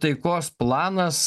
taikos planas